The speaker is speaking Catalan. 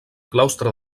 claustre